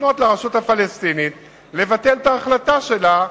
לפנות אל הרשות הפלסטינית לבטל את ההחלטה שלה,